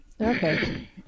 Okay